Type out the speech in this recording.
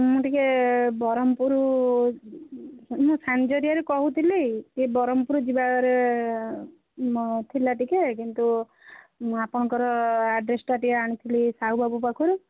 ମୁଁ ଟିକିଏ ବ୍ରହ୍ମପୁର ମୁଁ ସାନଜରିଆରୁ କହୁଥିଲି ଟିକିଏ ବ୍ରହ୍ମପୁର ଯିବାରେ ମୋ ଥିଲା ଟିକିଏ କିନ୍ତୁ ମୁଁ ଆପଣଙ୍କର ଆଡ୍ରେସ୍ଟା ଟିକିଏ ଆଣିଥିଲି ସାହୁ ବାବୁ ପାଖରୁ